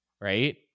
Right